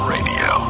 Radio